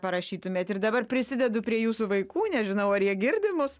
parašytumėt ir dabar prisidedu prie jūsų vaikų nežinau ar jie girdi mus